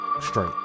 straight